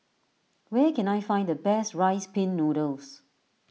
where can I find the best Rice Pin Noodles